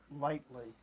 lightly